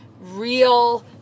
real